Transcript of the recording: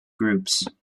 groups